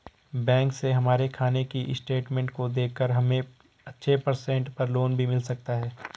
bank में हमारे खाने की स्टेटमेंट को देखकर हमे अच्छे परसेंट पर लोन भी मिल सकता है